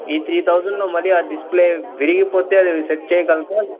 ఈ త్రి థౌజండ్లో మళ్ళీ ఆ డిస్ప్లే విరిగిపోతే అది సెట్ చెయ్యగలరా